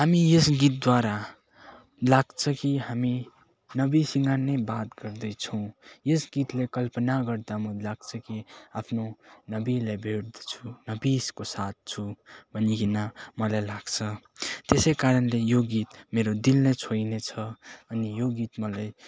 हामी यस गीतद्वारा लाग्छ कि हामी नबिसँग नै बात गर्दैछौँ यस गीतले कल्पना गर्दा म लाग्छ कि आफ्नो नबीलाई भेट्दछु नबिसको साथ छु भनीकिन मलाई लाक्छ त्यसै कारणले यो गीत मेरो दिलले छुइनेछ अनि यो गीत मलाई